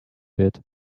bit